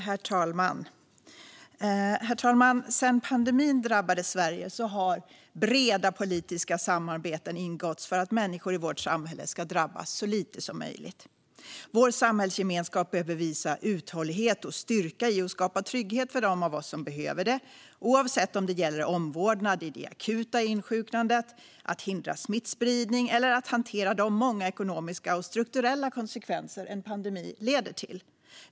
Herr talman! Sedan pandemin drabbade Sverige har breda politiska samarbeten ingåtts för att människor i vårt samhälle ska drabbas så lite som möjligt. Vår samhällsgemenskap behöver visa uthållighet och styrka i att skapa trygghet för dem av oss som behöver det oavsett om det gäller omvårdnad i det akuta insjuknandet, att hindra smittspridning eller att hantera de många ekonomiska och strukturella konsekvenser en pandemi leder till.